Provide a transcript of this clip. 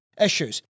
issues